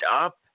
up